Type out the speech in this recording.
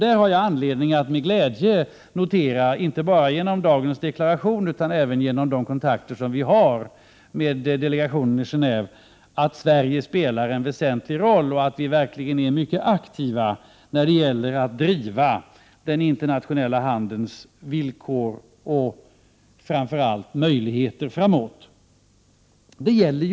Jag har anledning att med glädje notera, inte bara genom dagens deklaration utan även genom de kontakter som vi har med delegationen i Genéve, att Sverige spelar en väsentlig roll och verkligen är mycket aktivt när det gäller att driva den internationella handelns villkor och framför allt möjligheter framåt i tiden.